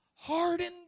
Hardened